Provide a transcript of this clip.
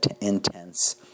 intense